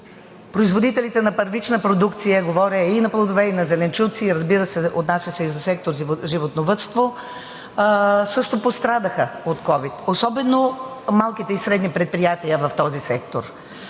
производителите на първична продукция, говоря и на плодове, и на зеленчуци, разбира се, отнася се и за сектор „Животновъдство“, също пострадаха от ковид, особено малките и средни предприятия в този сектор.